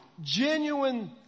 Genuine